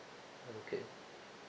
okay